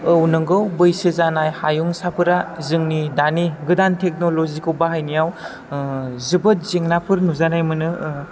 औ नंगौ बैसो जानाय हायुंसाफोरा जोंनि दानि गोदान टेक्न'लजिखौ बाहायनायाव जोबोद जेंनाफोर नुजानाय मोनो